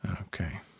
Okay